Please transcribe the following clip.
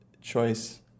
choice